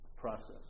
process